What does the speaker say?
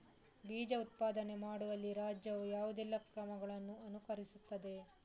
ಬೀಜ ಉತ್ಪಾದನೆ ಮಾಡುವಲ್ಲಿ ರಾಜ್ಯವು ಯಾವುದೆಲ್ಲ ಕ್ರಮಗಳನ್ನು ಅನುಕರಿಸುತ್ತದೆ?